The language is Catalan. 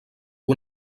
que